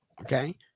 Okay